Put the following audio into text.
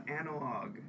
analog